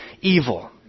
evil